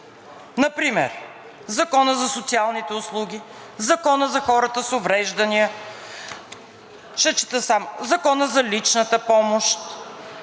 Например Законът за социалните услуги, Законът за хората с увреждания, Законът за личната помощ,